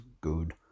good